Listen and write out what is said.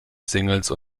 singles